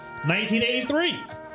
1983